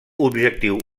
objectiu